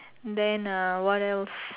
then uh what else